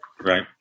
right